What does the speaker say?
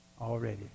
already